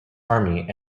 army